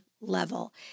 level